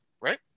right